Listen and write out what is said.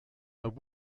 and